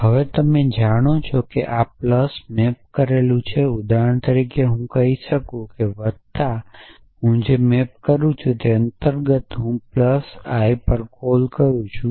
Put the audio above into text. હવે તમે જાણો છો કે આ પ્લસ મેપ કરેલું છે ઉદાહરણ તરીકે હું આ કંઈક કહી શકું છું કે વત્તા હું જે મેપ કરું છું તેના અંતર્ગત હું પ્લસ આઇ પર કોલ કરું છું